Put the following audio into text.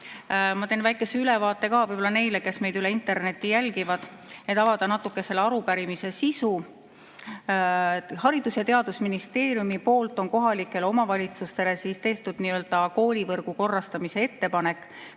Ma teen väikese ülevaate ka võib-olla neile, kes meid interneti teel jälgivad, et avada natukene selle arupärimise sisu. Haridus- ja Teadusministeerium on kohalikele omavalitsustele teinud koolivõrgu korrastamise ettepaneku,